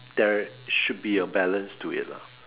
there should be a balance to it lah